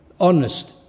honest